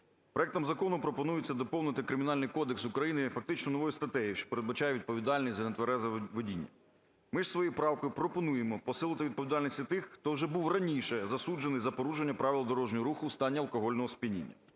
Проектом закону пропонується доповнити Кримінальний кодекс України фактично новою статтею, що передбачає відповідальність за нетверезе водіння. Ми ж своєю правкою пропонуємо посилити відповідальність і тих, хто вже був раніше засуджений за порушення правил дорожнього руху в стані алкогольного сп'яніння.